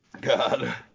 God